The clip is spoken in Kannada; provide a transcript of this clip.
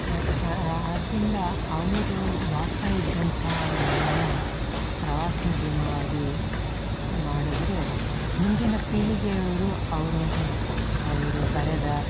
ಆದ್ದರಿಂದ ಅವರು ವಾಸ ಇದ್ದಂಥ ಮನೇನ ಪ್ರವಾಸೋದ್ಯಮವಾಗಿ ಮಾಡಿದ್ರೆ ಮುಂದಿನ ಪೀಳಿಗೆಯವರು ಅವರು ಅವರು ಬರೆದ